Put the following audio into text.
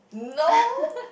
no